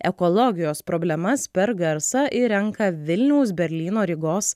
ekologijos problemas per garsą ir renka vilniaus berlyno rygos